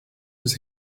his